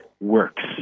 works